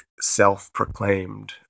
self-proclaimed